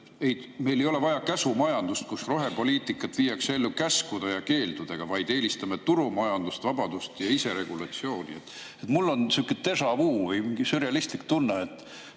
meil ei ole vaja käsumajandust, kus rohepoliitikat viiakse ellu käskude ja keeldudega, vaid me eelistame turumajandust, vabadust ja iseregulatsiooni. Mul on sihukedéjà-vu-või mingi sürrealistlik tunne,